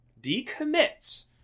decommits